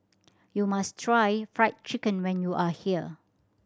you must try Fried Chicken when you are here